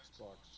Xbox